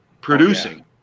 Producing